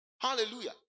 Hallelujah